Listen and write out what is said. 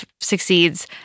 succeeds